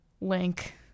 Link